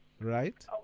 right